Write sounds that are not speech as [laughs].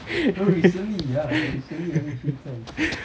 [laughs]